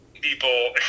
people